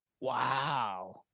Wow